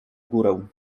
górę